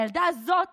הילדה זאת